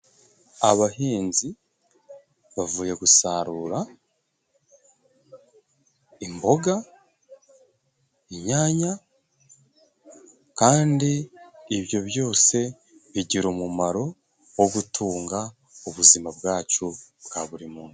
Abahinzi bavuye gusarura imboga, inyanya kandi ibyo byose bigira umumaro wo gutunga ubuzima bwacu bwa buri munsi.